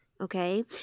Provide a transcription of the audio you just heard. Okay